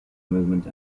movement